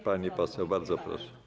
Pani poseł, bardzo proszę.